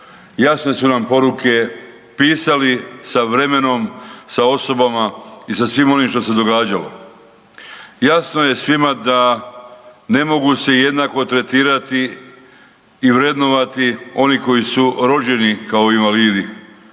Jasne su nam poruke pisali sa vremenom, sa osobama i sa svim onim što se događalo. Jasno je svima da ne mogu se jednako tretirati i vrednovati oni koji su rođeni kao invalidi,